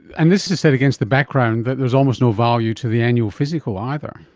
and this is set against the background that there's almost no value to the annual physical either.